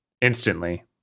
instantly